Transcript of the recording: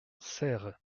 serres